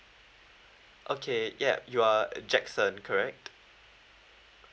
okay ya you are jackson correct